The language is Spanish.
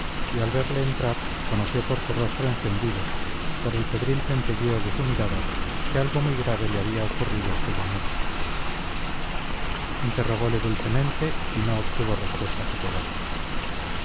y al verle entrar conoció por su rostro encendido por el febril centelleo de su mirada que algo muy grave le había ocurrido aquella noche interrogole dulcemente y no obtuvo respuesta categórica